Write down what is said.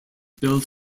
built